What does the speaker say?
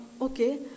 Okay